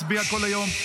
מצביע כל היום,